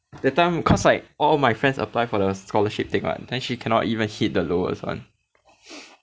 that time cause like all my friends apply for the scholarship thing [what] then she cannot even hit the lowest one